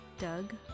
Doug